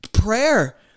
prayer